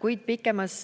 kuid pikemas